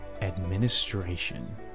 administration